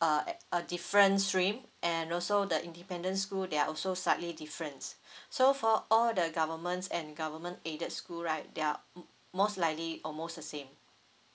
uh at a different stream and also the independent school they're also slightly different so for all the governments and government aided school right they are most likely almost the same